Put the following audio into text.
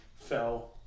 Fell